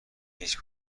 هیچ